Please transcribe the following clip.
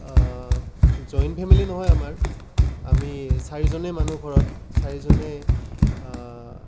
joint family নহয় আমাৰ আমি চাৰিজনেই মানুহ ঘৰত চাৰিজনেই